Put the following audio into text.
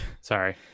Sorry